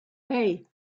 hey